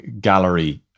gallery